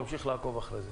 נמשיך לעקוב אחרי זה.